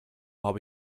habe